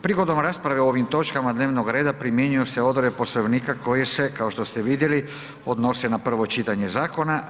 Prigodom rasprave o ovim točkama dnevnog reda primjenjuju se odredbe Poslovnika koje se kao što ste vidjeli odnose na prvo čitanje zakona.